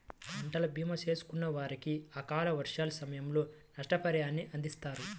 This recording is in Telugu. పంటల భీమా చేసుకున్న వారికి అకాల వర్షాల సమయంలో నష్టపరిహారాన్ని అందిస్తారు